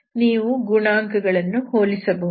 ನೀವು ಗುಣಾಂಕಗಳನ್ನು ಹೋಲಿಸಬಹುದು